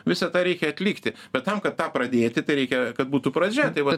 visą tą reikia atlikti bet tam kad tą pradėti tai reikia kad būtų pradžia tai vat